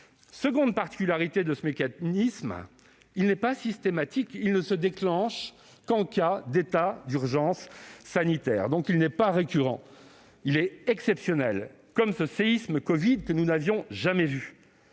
Seconde particularité de ce mécanisme : il n'est pas systématique ; il ne se déclenche qu'en cas d'état d'urgence sanitaire. Il n'est donc pas récurrent, mais exceptionnel, comme ce séisme covid- de mémoire d'ancien, nous